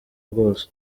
bwose